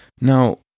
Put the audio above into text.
Now